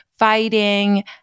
fighting